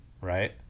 Right